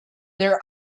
their